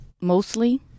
mostly